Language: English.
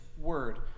word